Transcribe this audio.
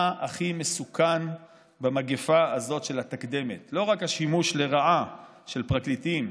מה הכי מסוכן במגפה הזאת של התקדמת: לא רק השימוש לרעה של פרקליטים,